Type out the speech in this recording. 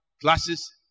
classes